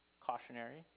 cautionary